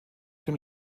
dem